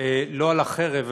לא על החרב,